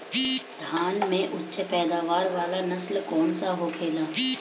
धान में उच्च पैदावार वाला नस्ल कौन सा होखेला?